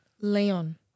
Leon